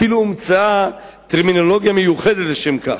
אפילו הומצאה טרמינולוגיה מיוחדת לשם כך.